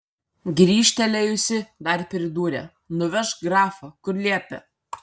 grįžtelėjusi dar pridūrė nuvežk grafą kur liepė